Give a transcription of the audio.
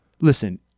listen